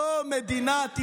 זו מדינת ישראל.